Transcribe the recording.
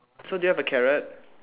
so do you have a carrot